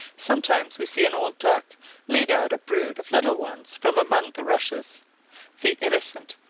sometimes we see an old duck lead out a brood of little ones from among the rushes the innocent,